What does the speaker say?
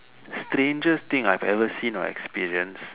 strangest thing I have ever seen or experienced